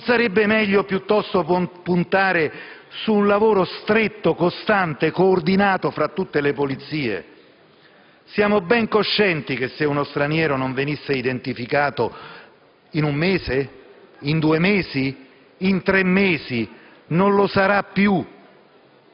Non sarebbe meglio puntare piuttosto su un lavoro stretto, costante e coordinato tra tutte le polizie? Siamo ben coscienti che, se uno straniero non viene identificato subito - in un mese, in due mesi, in tre mesi? - non lo sarà più.